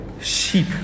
sheep